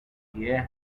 yeah